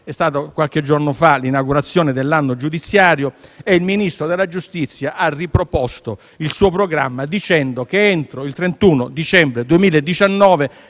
qualche giorno fa c'è stata l'inaugurazione dell'anno giudiziario e il Ministro della giustizia ha riproposto il suo programma, dicendo che entro il 31 dicembre 2019